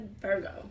virgo